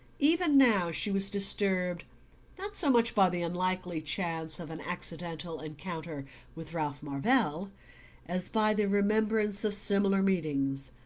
even now she was disturbed not so much by the unlikely chance of an accidental encounter with ralph marvell as by the remembrance of similar meetings,